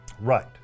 Right